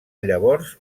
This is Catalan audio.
llavors